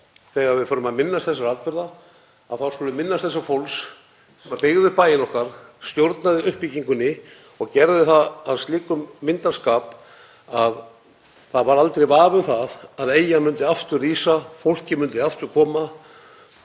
þegar við förum að minnast þessara atburða, að minnast þessa fólks sem byggði upp bæinn okkar, stjórnaði uppbyggingunni og gerði það af slíkum myndarskap að það var aldrei vafi um það að eyjan myndi rísa á ný, fólkið myndi koma